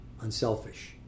unselfish